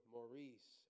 Maurice